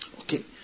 Okay